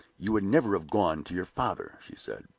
you would never have gone to your father, she said.